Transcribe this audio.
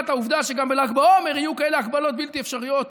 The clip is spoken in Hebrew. העובדה שגם בל"ג בעומר יהיו כאלה הגבלות בלתי אפשריות,